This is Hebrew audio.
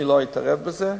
אני לא אתערב בזה.